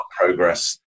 progress